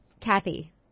Kathy